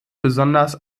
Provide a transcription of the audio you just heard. besonders